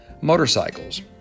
motorcycles